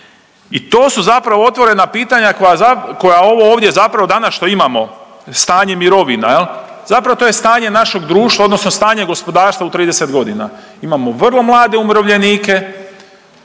I to su zapravo otvorena pitanja koja ovo ovdje danas što imamo stanje mirovina zapravo to je stanje našeg društva odnosno stanje gospodarstva u 30 godina. Imamo vrlo mlade umirovljenike,